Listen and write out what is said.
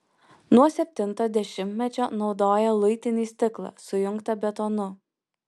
nuo septinto dešimtmečio naudoja luitinį stiklą sujungtą betonu